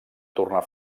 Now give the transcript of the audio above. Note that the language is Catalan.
tornar